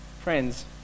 Friends